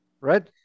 Right